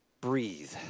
breathe